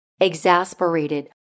Exasperated